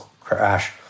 crash